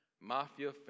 Mafia